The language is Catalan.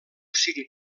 cinc